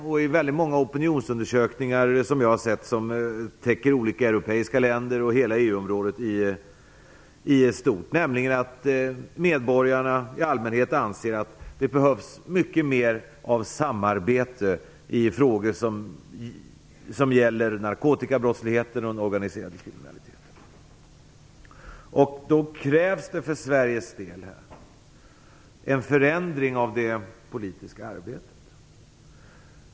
Många av de opinionsundersökningar som jag har sett, vilka täcker olika europeiska länder och hela EU-området i stort, visar att medborgarna anser att det behövs mycket mer av samarbete i frågor som gäller narkotikabrottsligheten och den organiserade kriminaliteten. Då krävs det för Sveriges del en förändring av det politiska arbetet.